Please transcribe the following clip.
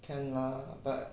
can lah but